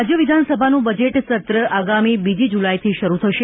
રાજ્ય વિધાનસભાનું બજેટ સત્ર આગામી બીજી જુલાઇથી શરૂ થશે